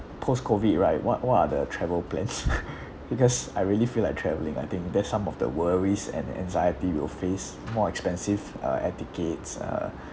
post COVID right what what are the travel plans because I really feel like travelling I think there's some of the worries and anxiety we'll face more expensive uh air tickets uh